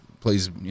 please